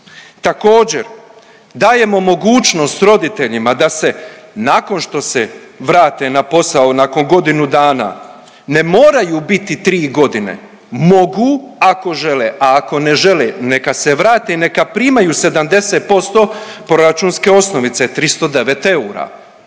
Također dajemo mogućnost roditeljima da se nakon što se vrate na posao nakon godinu dana ne moraju biti tri godine, mogu ako žele, a ako ne žele neka se vrate i neka primaju 70% proračunske osnovice 309 eura.